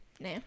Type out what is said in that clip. nah